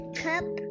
cup